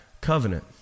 covenant